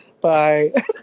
Bye